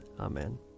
Amen